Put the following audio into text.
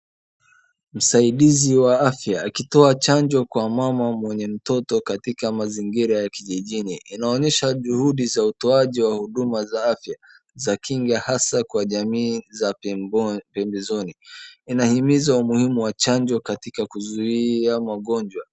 Msaidizi wa afya akitoa chanjo kwa mama mwenye mtoto katika mazingira ya kijijini. Inaonyesha juhudi za utoaji wa huduma za afya za kinga hasa kwa jamii za pembezoni. Inahimiza umuhimu wa chanjo katika kuzuia magonjwa.